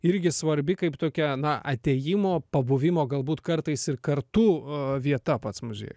irgi svarbi kaip tokia na atėjimo pabuvimo galbūt kartais ir kartu vieta pats muziejus